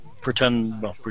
pretend